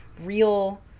real